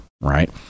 Right